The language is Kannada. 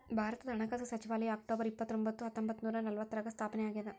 ಭಾರತದ ಹಣಕಾಸು ಸಚಿವಾಲಯ ಅಕ್ಟೊಬರ್ ಇಪ್ಪತ್ತರೊಂಬತ್ತು ಹತ್ತೊಂಬತ್ತ ನೂರ ನಲವತ್ತಾರ್ರಾಗ ಸ್ಥಾಪನೆ ಆಗ್ಯಾದ